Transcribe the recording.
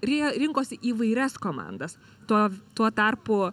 ir jie rinkosi įvairias komandas tuo tuo tarpu